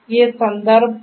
ये संदर्भ हैं